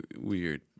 weird